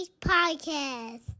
Podcast